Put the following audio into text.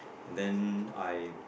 and then I